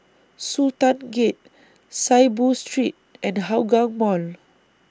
Sultan Gate Saiboo Street and Hougang Mall